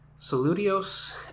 Saludios